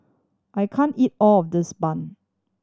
I can't eat all of this bun